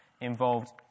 involved